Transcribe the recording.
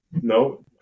No